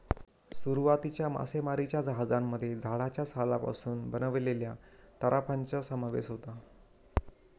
सुरुवातीच्या मासेमारीच्या जहाजांमध्ये झाडाच्या सालापासून बनवलेल्या तराफ्यांचा समावेश होता